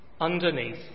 underneath